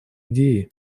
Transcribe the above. идеи